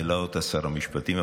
העלה אותה שר המשפטים,